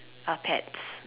are pets